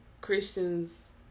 Christians